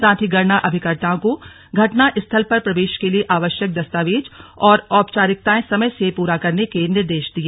साथ ही गणना अभिकर्ताओं को गणना स्थल पर प्र वेश के लिए आवश्यक दस्तावेज और औपचारिकताएं समय से पूरा करने के निर्देश दिए